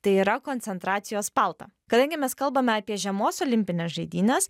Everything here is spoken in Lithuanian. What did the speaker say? tai yra koncentracijos paltą kadangi mes kalbame apie žiemos olimpines žaidynes